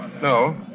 No